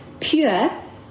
pure